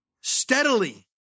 steadily